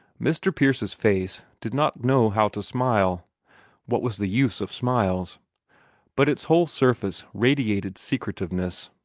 mr. pierce's face did not know how to smile what was the use of smiles but its whole surface radiated secretiveness.